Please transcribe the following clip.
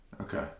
Okay